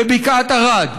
בבקעת ערד.